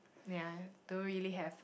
ya don't really have